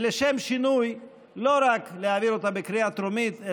ולשם שינוי לא רק להעביר אותה בקריאה טרומית,